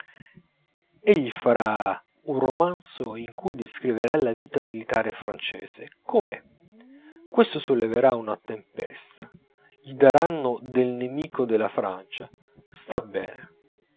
pugnaletto egli farà un romanzo in cui descriverà la vita militare francese com'è questo solleverà una tempesta gli daranno del nemico della francia sta bene